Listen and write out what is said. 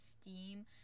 steam